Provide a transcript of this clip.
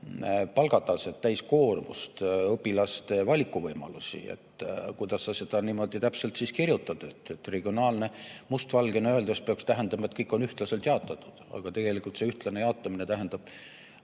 palgataseme, täiskoormuse, õpilaste valikuvõimalused. Kuidas sa seda niimoodi täpselt siis seadusse kirjutad? Regionaalne must valgel öeldult peaks tähendama, et kõik on ühtlaselt jaotatud, aga tegelikult see ühtlane jaotamine tähendab